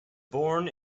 born